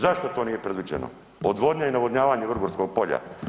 Zašto to nije predviđeno odvodnja i navodnjavanje Vrgorskog polja?